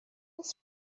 اسم